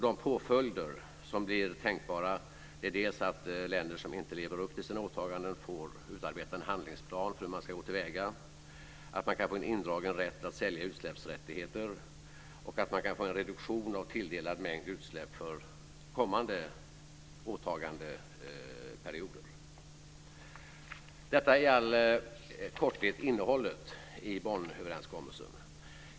De påföljder som blir tänkbara är dels att länder som inte lever upp till sina åtaganden får utarbeta en handlingsplan för hur man ska gå till väga, dels att man kan få rätten att sälja utsläppsrättigheter indragen och dels att man kan få en reduktion av tilldelad mängd utsläpp för kommande åtagandeperioder. Detta är i all korthet innehållet i Bonnöverenskommelsen.